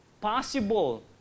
possible